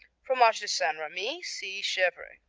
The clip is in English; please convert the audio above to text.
fromage de st. remy see chevrets.